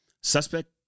Suspect